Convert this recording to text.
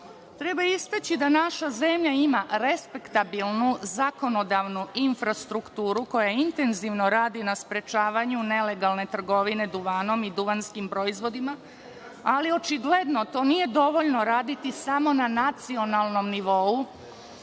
istaći da naša zemlja ima respektabilnu, zakonodavnu infrastrukturu koja intenzivno radi na sprečavanju nelegalne trgovine duvanom i duvanskim proizvodima, ali očigledno to nije dovoljno raditi samo na nacionalnom nivou,